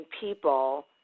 people